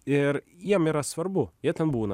ir jiem yra svarbu jie ten būna